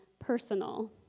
personal